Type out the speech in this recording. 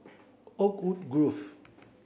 Oakwood Grove